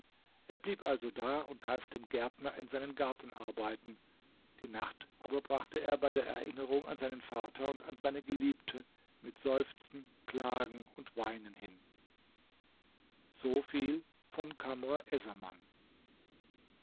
er blieb also da und half dem gärtner in seinen gartenarbeiten die nacht aber brachte er bei der erinnerung an seinen vater und an seine geliebte mit seufzen klagen und weinen hin so viel von